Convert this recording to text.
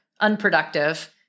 unproductive